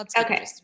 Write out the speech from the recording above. Okay